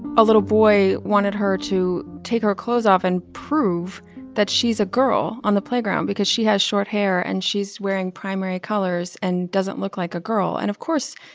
a little boy wanted her to take her clothes off and prove that she's a girl on the playground because she has short hair and she's wearing primary colors and doesn't look like a girl and of course,